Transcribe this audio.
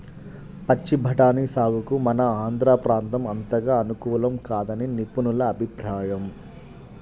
పచ్చి బఠానీ సాగుకు మన ఆంధ్ర ప్రాంతం అంతగా అనుకూలం కాదని నిపుణుల అభిప్రాయం